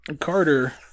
Carter